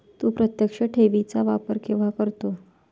तू प्रत्यक्ष ठेवी चा वापर केव्हा करतो?